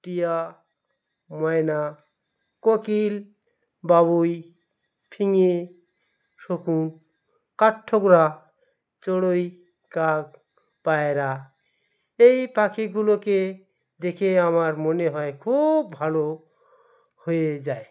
টিয়া ময়না ককিল বাবুই ফিঙে শকুন কাঠঠোকরা চড়ই কাক পায়রা এই পাখিগুলোকে দেখে আমার মনে হয় খুব ভালো হয়ে যায়